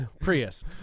Prius